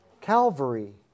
Calvary